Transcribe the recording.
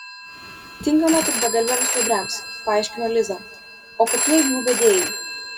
tinkama tik begalviams stuobriams paaiškino liza o kokie jų vedėjai